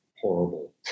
horrible